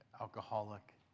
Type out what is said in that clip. alcoholic